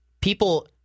people